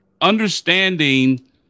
understanding